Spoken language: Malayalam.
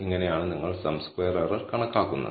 ഇങ്ങനെയാണ് നിങ്ങൾ സം സ്ക്വയർ എറർ കണക്കാക്കുന്നത്